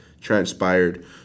transpired